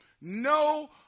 no